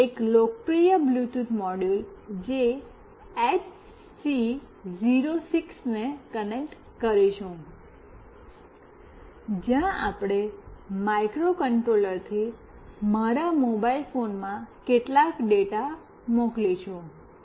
અમે એક લોકપ્રિય બ્લૂટૂથ મોડ્યુલ જે એચસી 06 ને કનેક્ટ કરીશું જ્યાં આપણે માઇક્રોકન્ટ્રોલરથી મારા મોબાઇલ ફોનમાં કેટલાક ડેટા મોકલીશું